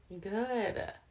Good